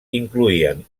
incloïen